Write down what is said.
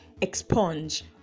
expunge